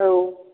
औ